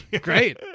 great